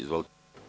Izvolite.